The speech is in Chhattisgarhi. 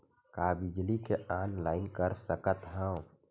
का बिजली के ऑनलाइन कर सकत हव?